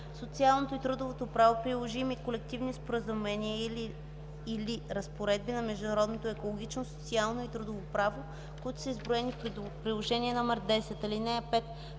социалното и трудовото право, приложими колективни споразумения и/или разпоредби на международното екологично, социално и трудово право, които са изброени в Приложение № 10. (5)